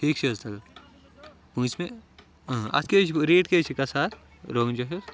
ٹھیٖک چھِ حٕظ تیٚلہِ پوٗنٛژمہِ اۭں اتھ کیاہ حٕظ چھِ ریٹ کیاہ حٕظ چھِ گَژھان اتھ روگَن جوشَس